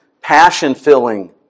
passion-filling